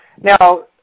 Now